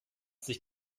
sich